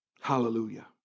Hallelujah